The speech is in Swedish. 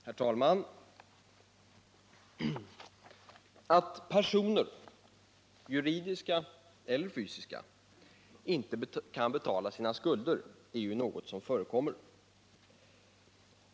Herr talman! Att personer, juridiska eller fysiska, inte kan betala sina skulder är något som förekommer.